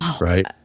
Right